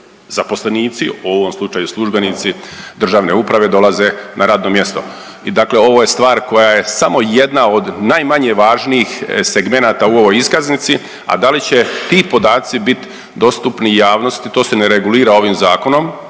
zaposlenici, u ovom slučaju službenici, državne uprave dolaze na radno mjesto i dakle ovo je stvar koja je samo jedna od najmanje važnih segmenata u ovoj iskaznici, a da li će ti podaci biti dostupni javnosti to se ne regulira ovim zakonom